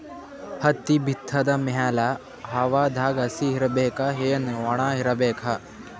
ಹತ್ತಿ ಬಿತ್ತದ ಮ್ಯಾಲ ಹವಾದಾಗ ಹಸಿ ಇರಬೇಕಾ, ಏನ್ ಒಣಇರಬೇಕ?